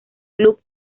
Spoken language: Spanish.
club